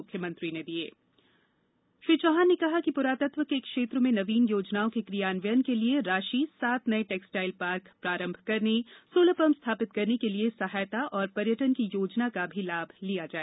मुख्यमंत्री श्री चौहान ने कहा कि पुरातत्व के क्षेत्र में नवीन योजनाओं के क्रियान्वयन के लिए राशि सात नए टैक्सटाइल पार्क प्रारंभ करने सोलर पंप स्थापित करने के लिए सहायता और पर्यटन की योजना का भी लाभ लिया जाए